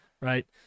right